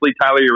Tyler